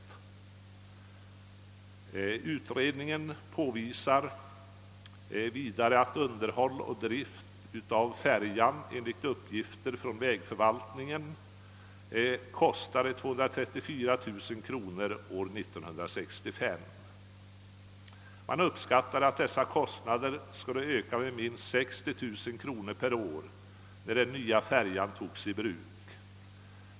I utredningen påvisas vidare att kostnaderna för underhåll och drift av färjan år 1965 var 234 000 kronor enligt uppgifter från vägförvaltningen. Man beräknade att dessa kostnader skulle öka med minst 60000 kronor per år när den nya färjan togs i bruk.